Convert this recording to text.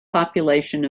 population